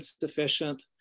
sufficient